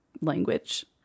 language